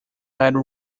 lead